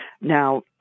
Now